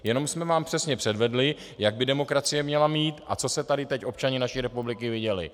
Jenom jsme vám přesně předvedli, jak by demokracie měla mít a co se tady teď občané naší republiky viděli?